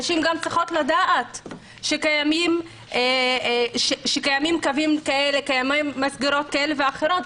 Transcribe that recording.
נשים גם צריכות לדעת שקיימים קווים כאלה וקיימות מסגרות כאלה ואחרות.